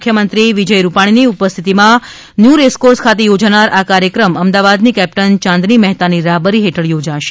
મુખ્યમંત્રી વિજય રૂપાણીની ઉપસ્થિતમાં ન્યુ રેસકોર્ષ ખાતે યોજાનાર આ કાર્યક્રમ અમદાવાદની કેપ્ટન ચાંદની મહેતાની રાહબરી હેઠળ યોજાશે